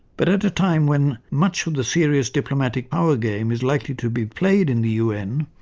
but at a time when much of the serious diplomatic power game is likely to be played in the un,